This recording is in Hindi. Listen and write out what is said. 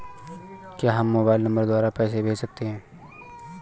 क्या हम मोबाइल नंबर द्वारा पैसे भेज सकते हैं?